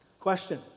Question